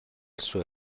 suo